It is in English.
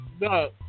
no